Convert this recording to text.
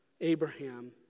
Abraham